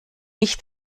nicht